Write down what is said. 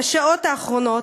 בשעות האחרונות.